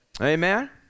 amen